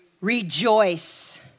Rejoice